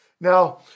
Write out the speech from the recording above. Now